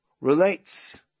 relates